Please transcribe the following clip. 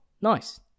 nice